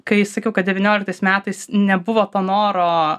kai sakiau kad devynioliktais metais nebuvo to noro